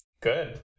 Good